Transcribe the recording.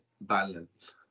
balance